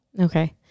Okay